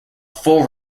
full